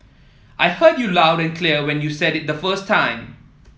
I heard you loud and clear when you said it the first time